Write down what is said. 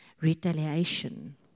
retaliation